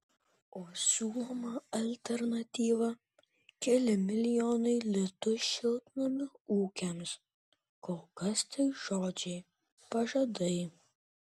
o siūloma alternatyva keli milijonai litų šiltnamių ūkiams kol kas tik žodžiai pažadai